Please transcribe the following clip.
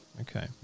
okay